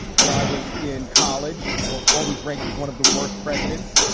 when i was in college, were always ranked as one of the worst presidents.